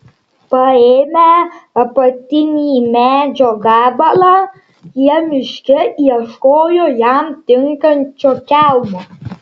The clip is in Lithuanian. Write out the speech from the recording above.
paėmę apatinį medžio gabalą jie miške ieškojo jam tinkančio kelmo